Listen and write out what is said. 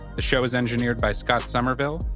the show is engineered by scott somerville.